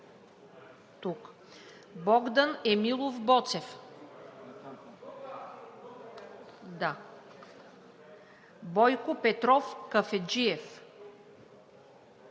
Богдан Емилов Боцев - тук Бойко Петров Кафеджиев